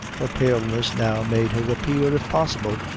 her paleness now made her appear, if possible,